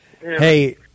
Hey